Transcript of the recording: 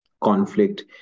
conflict